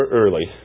early